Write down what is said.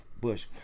Bush